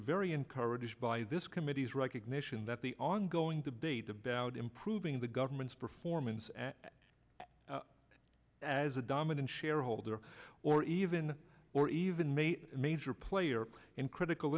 very encouraged by this committee's recognition that the ongoing debate about improving the government's performance and as a dominant shareholder or even or even make a major player in critical